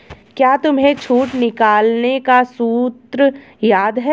क्या तुम्हें छूट निकालने का सूत्र याद है?